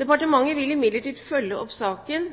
Departementet vil imidlertid følge opp saken